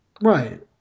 Right